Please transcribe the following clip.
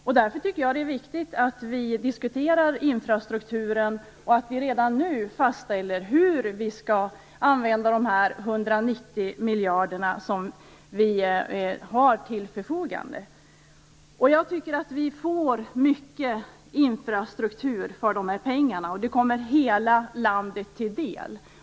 Det är därför viktigt att vi diskuterar infrastrukturen och att vi redan nu fastställer hur vi skall använda de 190 miljarderna som vi har till förfogande. Jag tycker att vi får mycket infrastruktur för pengarna. De kommer hela landet till del.